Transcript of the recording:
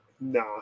Nah